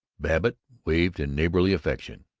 babbitt waved in neighborly affection,